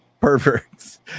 perverts